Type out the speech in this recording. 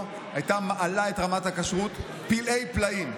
הייתה מעלה את רמת הכשרות פלאי-פלאים.